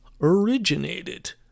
originated